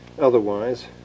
otherwise